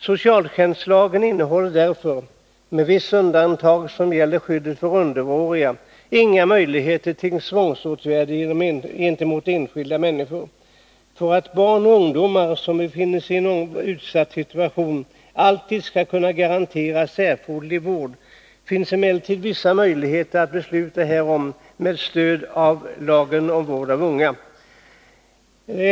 Socialtjänstlagen innehåller därför — med vissa undantag som gäller skyddet för underåriga — inga möjligheter till tvångsåtgärder gentemot enskilda människor. För att barn och ungdomar som befinner sig i en utsatt situation alltid skall kunna garanteras erforderlig vård, finns emellertid vissa möjligheter att besluta härom med stöd av lagen om vård av unga .